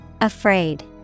Afraid